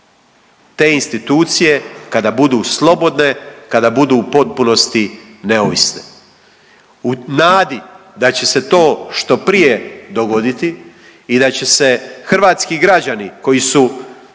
te institucije kada budu slobodne, kada budu u potpunosti neovisne. U nadi da će se to što prije dogoditi i da će se hrvatski građani koji su